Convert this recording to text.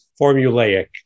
formulaic